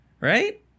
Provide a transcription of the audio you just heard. right